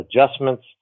adjustments